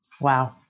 Wow